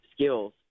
skills